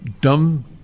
dumb